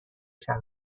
شود